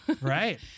right